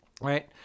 right